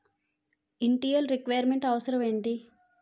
Initial requirement అవసరం ఎంటి?